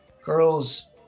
girls